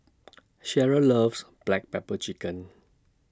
Sheryl loves Black Pepper Chicken